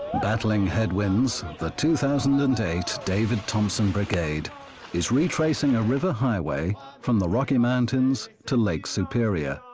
battling headwinds, the two thousand and eight david thompson brigade is retracing a river highway from the rocky mountains to lake superior.